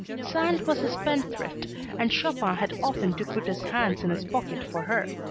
sand was a spendthrift and chopin had often to put his hands in his pocket for her.